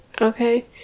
okay